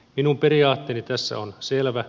minun periaatteeni tässä on selvä